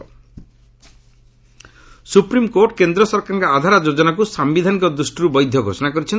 SC Aadhaar supreme court କେନ୍ଦ୍ର ସରକାରଙ୍କ ଆଧାର ଯୋଜନାକୁ ସାୟିଧାନିକ ଦୃଷ୍ଟିରୁ ବୈଧ ଘୋଷଣା କରିଛନ୍ତି